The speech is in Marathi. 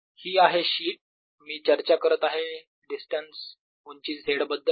ही आहे शीट मी चर्चा करत आहे डिस्टन्स उंची z बद्दल